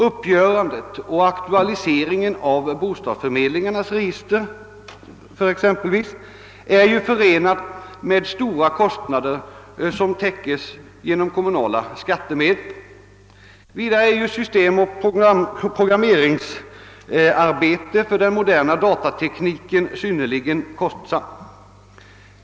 Att göra upp och hålla bostadsförmedlingarnas register aktuella är förenat med stora kostnader, som täcks av kommunala skattemedel. Vidare är systemoch programmeringsarbetet för den moderna datatekniken synnerligen kostsamt.